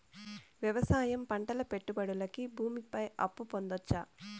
వ్యవసాయం పంటల పెట్టుబడులు కి భూమి పైన అప్పు పొందొచ్చా?